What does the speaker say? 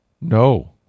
No